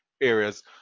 areas